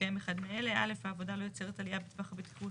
מתקיים אחד מאלה: (א) העבודה לא יוצרת עלייה בטווח הבטיחות